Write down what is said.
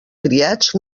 criats